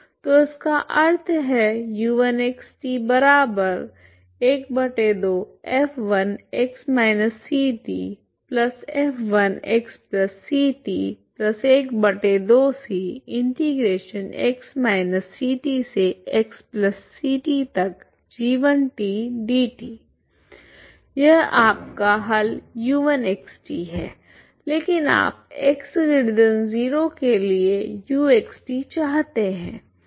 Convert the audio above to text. तो इसका अर्थ है यह आपका हल u1xt है लेकिन आप x0 के लिए uxt चाहते है